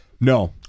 No